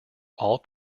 all